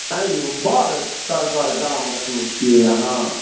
आँए यौ बड़ करगर दाम रखने छिए अहाँ